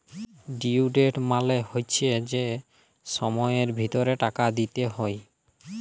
due date মালে হচ্যে যে সময়ের ভিতরে টাকা দিতে হ্যয়